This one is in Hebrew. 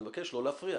אני מבקש לא להפריע.